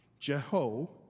Jeho